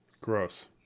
Gross